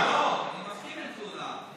לא, אני מסכים עם תלונה.